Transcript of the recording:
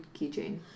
keychain